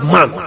Man